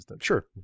Sure